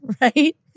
right